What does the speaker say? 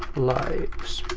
lives.